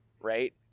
Right